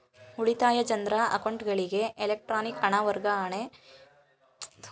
ಉಳಿತಾಯ ಜನ್ರ ಅಕೌಂಟ್ಗಳಿಗೆ ಎಲೆಕ್ಟ್ರಾನಿಕ್ ಹಣ ವರ್ಗಾವಣೆ ಇ.ಎಫ್.ಟಿ ಸೌಕರ್ಯದೊಂದಿಗೆ ಒದಗಿಸುತ್ತೆ